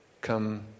come